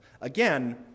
Again